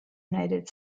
united